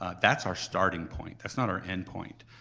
ah that's our starting point, that's not our endpoint.